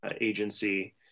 agency